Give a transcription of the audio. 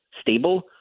stable